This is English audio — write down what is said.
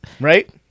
Right